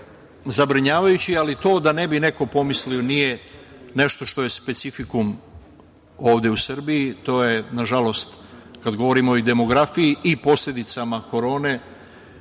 zabrinjavajući, ali to, da ne bi neko pomislio, nije nešto što je specifikum ovde u Srbiji. To je, nažalost, kad govorimo o demografiji i posledicama korone